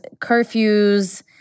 curfews